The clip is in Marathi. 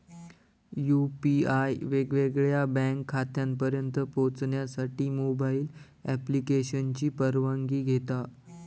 यू.पी.आय वेगवेगळ्या बँक खात्यांपर्यंत पोहचण्यासाठी मोबाईल ॲप्लिकेशनची परवानगी घेता